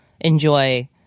enjoy